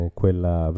quella